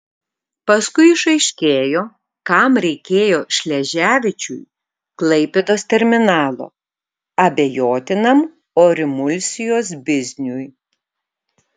paskui išaiškėjo kam reikėjo šleževičiui klaipėdos terminalo abejotinam orimulsijos bizniui